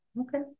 Okay